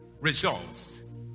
results